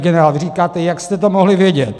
Vy říkáte, jak jste to mohli vědět.